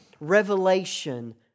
revelation